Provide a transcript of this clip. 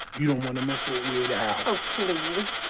you want to mess with weird al oh, please.